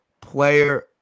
player